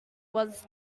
was